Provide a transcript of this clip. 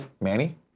Manny